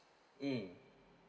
mm